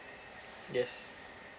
yes